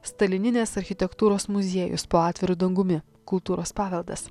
stalininės architektūros muziejus po atviru dangumi kultūros paveldas